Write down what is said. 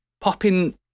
popping